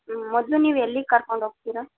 ಹ್ಞೂ ಮೊದಲು ನೀವು ಎಲ್ಲಿಗೆ ಕರ್ಕೊಂಡು ಹೋಗ್ತೀರ